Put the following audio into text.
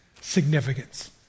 significance